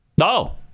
No